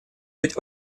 быть